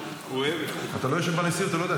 אתה לא יושב בנשיאות, אתה לא יודע.